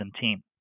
team